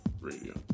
Radio